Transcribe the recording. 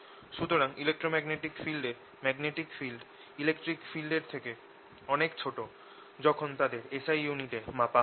সুতরাং ইলেক্ট্রোম্যাগনেটিক ফিল্ডে magnetic field electric ফিল্ডের থেকে অনেক ছোট যখন তাদের SI ইউনিটে মাপা হয়